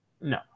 No